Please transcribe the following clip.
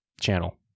channel